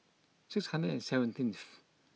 six hundred and seventeenth